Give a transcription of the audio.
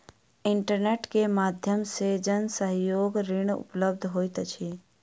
internet के माध्यम से जन सहयोग ऋण उपलब्ध होइत अछि